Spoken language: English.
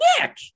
Nick